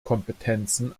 kompetenzen